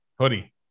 hoodie